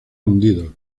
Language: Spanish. hundidos